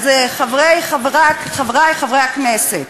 אז חברי חברי הכנסת